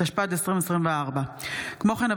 התשפ"ד 2024. כמו כן,